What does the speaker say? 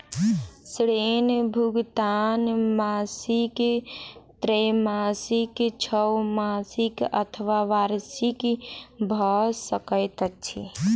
ऋण भुगतान मासिक त्रैमासिक, छौमासिक अथवा वार्षिक भ सकैत अछि